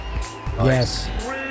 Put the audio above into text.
Yes